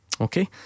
Okay